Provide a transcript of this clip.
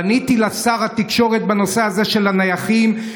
פניתי לשר התקשורת בנושא הזה של הנייחים.